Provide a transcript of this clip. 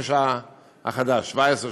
לחומש החדש: 2017,